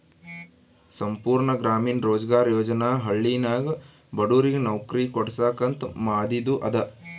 ಸಂಪೂರ್ಣ ಗ್ರಾಮೀಣ ರೋಜ್ಗಾರ್ ಯೋಜನಾ ಹಳ್ಳಿನಾಗ ಬಡುರಿಗ್ ನವ್ಕರಿ ಕೊಡ್ಸಾಕ್ ಅಂತ ಮಾದಿದು ಅದ